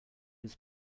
his